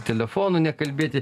telefonu nekalbėti